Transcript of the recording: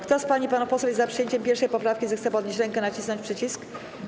Kto z pań i panów posłów jest za przyjęciem 1. poprawki, zechce podnieść rękę i nacisnąć przycisk.